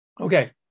Okay